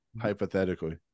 hypothetically